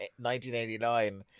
1989